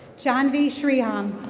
john v shrihan.